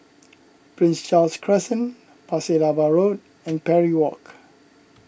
Prince Charles Crescent Pasir Laba Road and Parry Walk